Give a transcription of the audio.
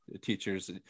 teachers